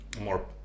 more